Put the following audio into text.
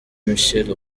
michelle